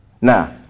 Now